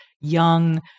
young